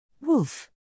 Wolf